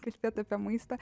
kalbėt apie maistą